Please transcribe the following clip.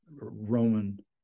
Roman